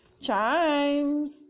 Chimes